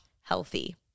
healthy